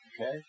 Okay